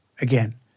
again